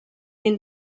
den